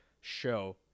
show